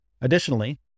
Additionally